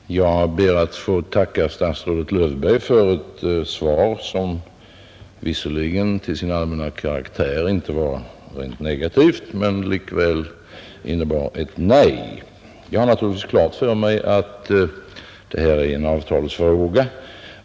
Herr talman! Jag ber att få tacka statsrådet Löfberg för ett svar som visserligen till sin allmänna karaktär inte var rent negativt men likväl innebar ett nej. Jag har naturligtvis klart för mig att det här är en avtalsfråga.